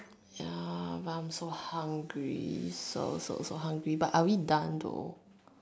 ya but I am so hungry so so so hungry but are we done though